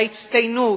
ההצטיינות,